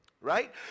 right